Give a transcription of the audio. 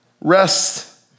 Rest